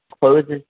closes